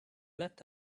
left